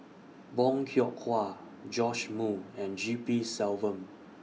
Bong Hiong Hwa Joash Moo and G P Selvam